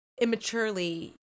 immaturely